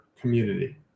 community